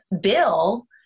Bill